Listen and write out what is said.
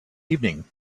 evening